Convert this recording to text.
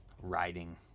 riding